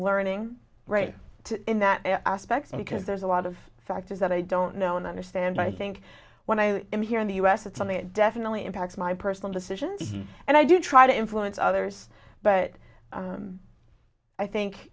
learning right in that aspect because there's a lot of factors that i don't know and understand i think when i am here in the u s it's something that definitely impacts my personal decision and i do try to influence others but i think